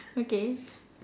okay